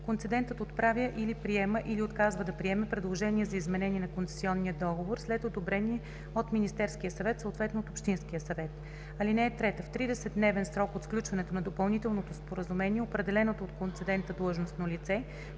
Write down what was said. Концедентът отправя или приема, или отказва да приеме предложение за изменение на концесионния договор след одобрение от Министерския съвет, съответно от общинския съвет. (3) В 30-дневен срок от сключването на допълнителното споразумение определеното от концедента длъжностно лице